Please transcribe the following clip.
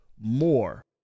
more